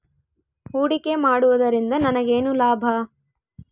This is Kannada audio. ಹೂಡಿಕೆ ಮಾಡುವುದರಿಂದ ನನಗೇನು ಲಾಭ?